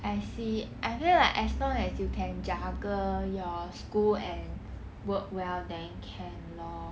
I see I feel like as long as you can juggle your school and work well then can lor